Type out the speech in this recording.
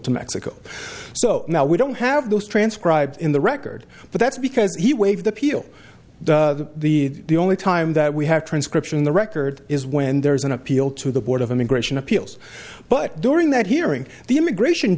to mexico so now we don't have those transcribed in the record but that's because he waived appeal the the only time that we have transcription in the record is when there is an appeal to the board of immigration appeals but during that hearing the immigration